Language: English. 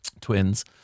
twins